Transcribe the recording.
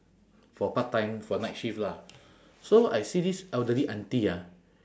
for part-time for night shift lah so I see this elderly auntie ah